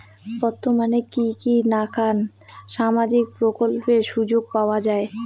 বর্তমানে কি কি নাখান সামাজিক প্রকল্পের সুযোগ পাওয়া যায়?